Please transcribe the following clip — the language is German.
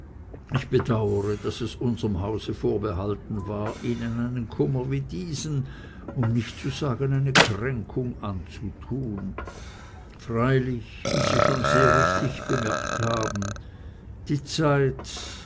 ich bedaure daß es unserm hause vorbehalten war ihnen einen kummer wie diesen um nicht zu sagen eine kränkung anzutun freilich wie sie schon sehr richtig bemerkt haben die zeit